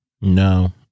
No